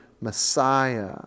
Messiah